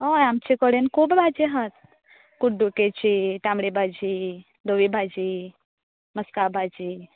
हय आमचे कडेन खूब भाजयो आसात कुड्डूकेची तांबडी भाजी धवी भाजी मस्कां भाजी